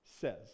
says